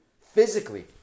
physically